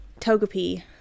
Togepi